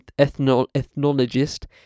ethnologist